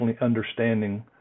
understanding